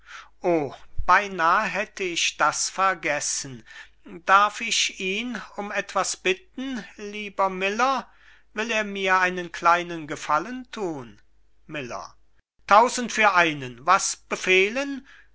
beinahe hätt ich das vergessen darf ich ihn um etwas bitten lieber miller will er mir einen kleinen gefallen thun miller tausend für einen was befehlen ferdinand